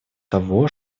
того